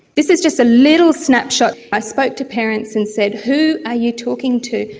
this is just a little snapshot. i spoke to parents and said who are you talking to,